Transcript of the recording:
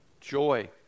joy